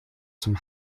zum